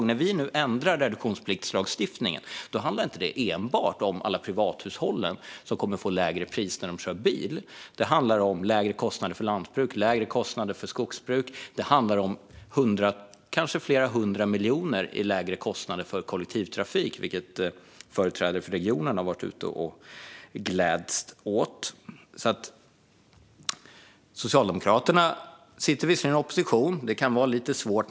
När vi nu ändrar reduktionspliktslagstiftningen handlar det nämligen inte enbart om att alla privathushåll kommer att få lägre pris när de kör bil. Det handlar också om lägre kostnader för lantbruk och för skogsbruk. Och det handlar om kanske flera hundra miljoner i lägre kostnader för kollektivtrafik, vilket företrädare för regionerna gläds åt. Socialdemokraterna sitter visserligen i opposition. Det kan vara lite svårt.